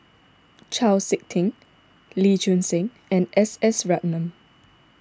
Chau Sik Ting Lee Choon Seng and S S Ratnam